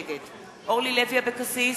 נגד אורלי לוי אבקסיס,